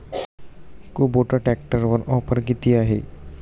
Kubota ट्रॅक्टरवर offer किती आहे?